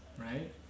right